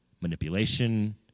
manipulation